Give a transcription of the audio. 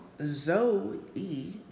Zoe